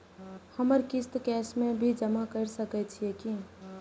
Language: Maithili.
हमर किस्त कैश में भी जमा कैर सकै छीयै की?